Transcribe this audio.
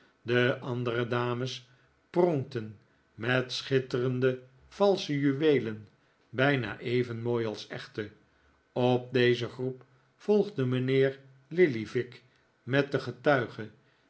de andere dames pronkten met schitterende valsche juweelen bijna even mooi als echte op deze groep volgde mijnheer lillyvick met den getuige